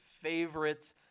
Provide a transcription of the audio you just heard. favorite